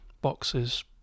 boxes